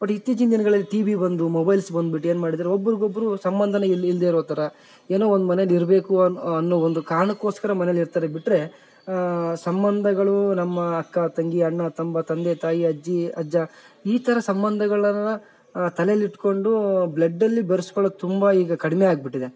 but ಇತ್ತೀಚಿನ ದಿನ್ಗಳಲ್ಲಿ TV ಬಂದು ಮೊಬೈಲ್ಸ್ ಬಂದ್ಬಿಟ್ಟು ಏನು ಮಾಡಿದ್ದಾರೆ ಒಬ್ರ್ಗೊಬ್ಬರು ಸಂಬಂಧನೇ ಇಲ್ ಇಲ್ದಿರೋ ಥರ ಏನೋ ಒಂದು ಮನೇಲಿ ಇರಬೇಕು ಅನ್ ಅನ್ನೋ ಒಂದು ಕಾರಣಕ್ಕೋಸ್ಕರ ಮನೇಲಿರ್ತರೆ ಬಿಟ್ಟರೆ ಸಂಬಂಧಗಳು ನಮ್ಮ ಅಕ್ಕ ತಂಗಿ ಅಣ್ಣ ತಂಬ ತಂದೆ ತಾಯಿ ಅಜ್ಜಿ ಅಜ್ಜ ಈ ಥರ ಸಂಬಂಧಗಳನ್ನ ತಲೇಲಿ ಇಟ್ಕೊಂಡು ಬ್ಲಡ್ಡಲ್ಲಿ ಬೆರ್ಸ್ಕೊಳ್ಳೋದು ತುಂಬ ಈಗ ಕಡಿಮೆಯಾಗ್ಬಿಟ್ಟಿದೆ